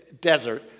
desert